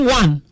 one